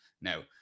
now